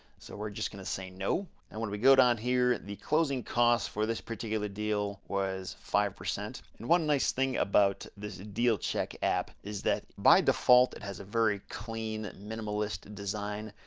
so we're just gonna say no, and when we go down here the closing cost for this particular deal was five, and one nice thing about this dealcheck app is that by default it has a very clean, minimalist design,